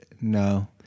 No